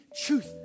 truth